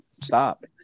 Stop